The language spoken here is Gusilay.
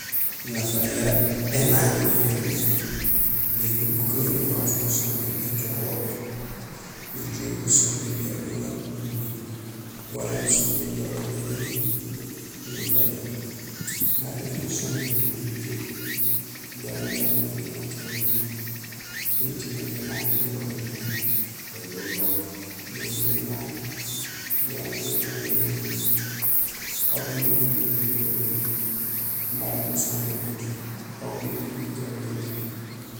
Nafa yara énaak yo yoomé éni ukanul waaf nusombéén éjok wo; nujuhé usombéén jaraam uŋaar ubuuj wala nusombéén inja ulo gañéni nakajéén. Mara éni usombéén mat uju ujéék jaraam jak nang miin aw ucaméén mé; yo écilmé énaak nababaaj nafa; néni unaak jaraam ujool uhoméni, aw mémi bu nuñumé gajahuléén do marok usombénut; aw béju ujahuléén jak.